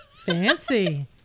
Fancy